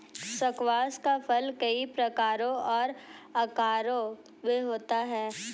squash का फल कई प्रकारों और आकारों में होता है